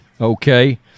Okay